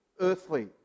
Earthly